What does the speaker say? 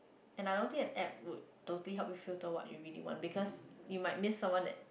and I don't think an app would totally help you filter what you really want because you might miss someone that